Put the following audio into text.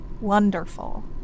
wonderful